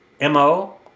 MO